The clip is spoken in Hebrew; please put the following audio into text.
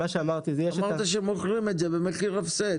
אמרת שמוכרים את זה במחיר הפסד.